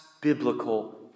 biblical